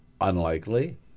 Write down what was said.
Unlikely